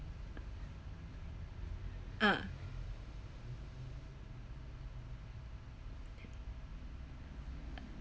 ah